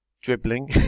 Dribbling